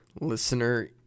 listener